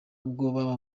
ubwoba